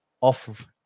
off